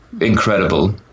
incredible